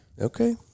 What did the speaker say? Okay